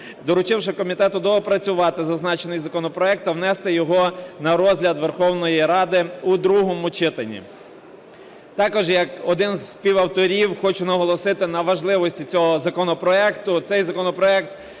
доручивши комітету доопрацювати зазначений законопроект та внести його на розгляд Верховної Ради у другому читанні. Також я як один із співавторів хочу наголосити на важливості цього законопроекту.